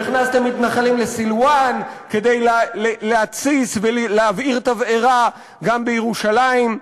והכנסתם מתנחלים לסילואן כדי להתסיס ולהבעיר תבערה גם בירושלים.